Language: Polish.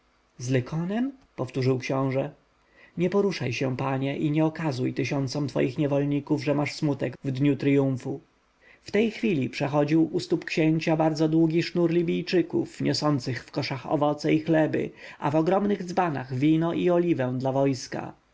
powtórzył książę nie poruszaj się panie i nie okazuj tysiącom twoich niewolników że masz smutek w dniu triumfu w tej chwili przechodził u stóp księcia bardzo długi sznur libijczyków niosących w koszach owoce i chleby a w ogromnych dzbanach wino i